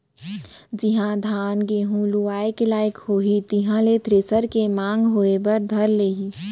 जिहॉं धान, गहूँ लुए के लाइक होही तिहां ले थेरेसर के मांग होय बर धर लेही